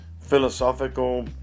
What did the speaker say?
philosophical